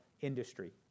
industry